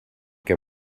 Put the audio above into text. què